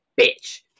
Bitch